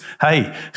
Hey